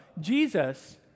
Jesus